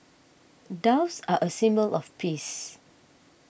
doves are a symbol of peace